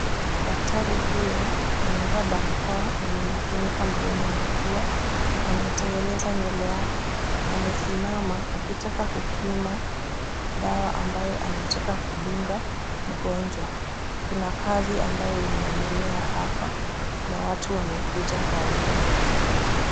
Daktari huyo amevaa barakoa yenye imefunika mdomo na pua , na ametengeneza nywele yake ,amesimama akitaka kupima dawa ambayo anataka kudunga mgonjwa ,Kuna kazi ambayo inaendelea hapa na watu wamekuja kwa wingi.